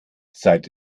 zeit